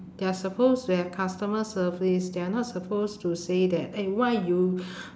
they're supposed to have customer service they're not supposed to say that eh why you